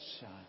shine